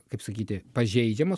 kaip sakyti pažeidžiamas